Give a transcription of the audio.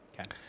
Okay